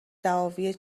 دعاوی